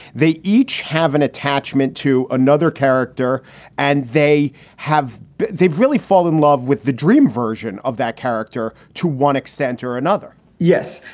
they each have an attachment to another character and they have they've really fall in love with the dream version of that character to one extent or another yes,